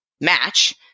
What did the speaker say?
match